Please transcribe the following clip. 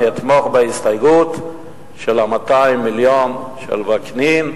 אני אתמוך בהסתייגות של ה-200 מיליון של וקנין,